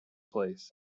place